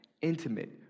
intimate